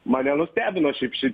mane nustebino šiaip šiaip